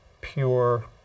pure